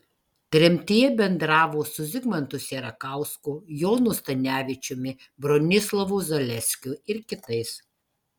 tremtyje bendravo su zigmantu sierakausku jonu stanevičiumi bronislovu zaleskiu ir kitais